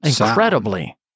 incredibly